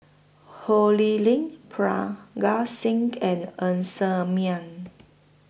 Ho Lee Ling Parga Singh and Ng Ser Miang